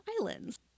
Islands